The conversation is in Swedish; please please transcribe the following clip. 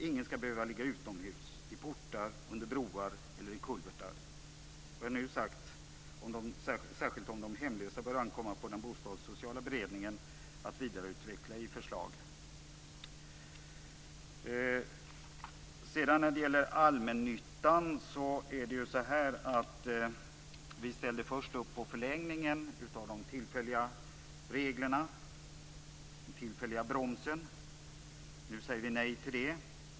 Ingen skall behöva ligga utomhus i portar, under broar eller i kulvertar. Vad jag nu sagt, särskilt om de hemlösa, bör ankomma på den bostadssociala beredningen att vidareutveckla i förslag. När det gäller allmännyttan är det ju så att vi först ställde upp på förlängningen av de tillfälliga reglerna, den tillfälliga bromsen. Nu säger vi nej till den.